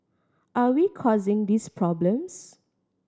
are we causing these problems